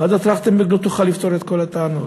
ועדת טרכטנברג לא תוכל לפתור את כל הטענות.